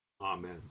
Amen